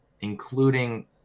including